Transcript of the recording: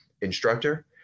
instructor